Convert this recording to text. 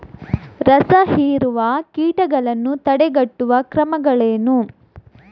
ರಸಹೀರುವ ಕೀಟಗಳನ್ನು ತಡೆಗಟ್ಟುವ ಕ್ರಮಗಳೇನು?